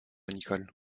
nicholl